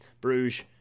Bruges